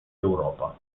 europa